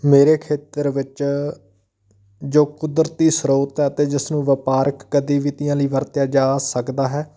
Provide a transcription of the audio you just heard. ਮੇਰੇ ਖੇਤਰ ਵਿੱਚ ਜੋ ਕੁਦਰਤੀ ਸਰੋਤ ਹੈ ਅਤੇ ਜਿਸ ਨੂੰ ਵਪਾਰਕ ਗਤੀਵਿਧੀਆਂ ਲਈ ਵਰਤਿਆਂ ਜਾ ਸਕਦਾ ਹੈ